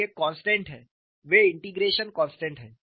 और ये कॉन्स्टेंट हैं वे इंटीग्रेशन कॉन्स्टेंट हैं